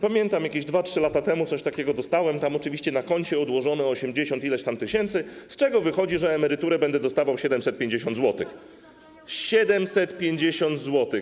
Pamiętam, że jakieś 2-3 lata temu coś takiego dostałem, oczywiście na koncie odłożono osiemdziesiąt ileś tam tysięcy, z czego wychodzi, że emeryturę będę dostawał w wysokości 750 zł. 750 zł.